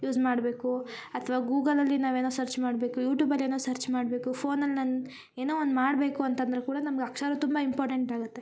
use ಮಾಡಬೇಕು ಅಥ್ವ ಗೂಗಲಲ್ಲಿ ನಾವು ಏನೋ ಸರ್ಚ್ ಮಾಡಬೇಕು ಯುಟೂಬಲ್ಲಿ ಏನೋ ಸರ್ಚ್ ಮಾಡಬೇಕು ಫೋನಲ್ಲಿ ನನ್ನ ಏನೋ ಒಂದು ಮಾಡಬೇಕು ಅಂತಂದ್ರ ಕೂಡ ನಮ್ಗ ಅಕ್ಷರ ತುಂಬಾ ಇಂಪಾರ್ಟೆಂಟ್ ಆಗುತ್ತೆ